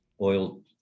oil